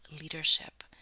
leadership